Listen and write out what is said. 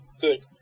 Good